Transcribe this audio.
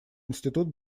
институт